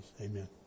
Amen